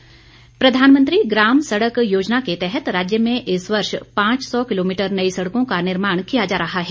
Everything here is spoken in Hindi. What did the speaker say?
सहजल प्रधानमंत्री ग्राम सड़क योजना के तहत राज्य में इस वर्ष पांच सौ किलोमीटर नई सड़कों का निर्माण किया जा रहा है